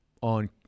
on